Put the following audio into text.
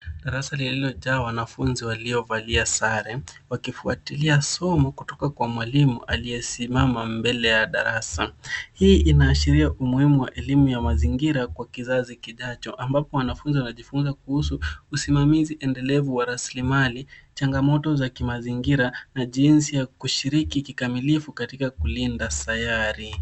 Darasa lililojaa wanafunzi waliovalia sare, wakifuatilia somo kutoka kwa mwalimu aliyesimama mbele ya darasa. Hii inaashiria umuhimu wa elimu ya mazingira kwa kizazi kijacho, ambapo wanafunzi wanajifunza kuhusu usimamizi endelevu wa rasilimali, changamoto za kimazingira na jinsi ya kushiriki kikamilifu katika kulinda sayari.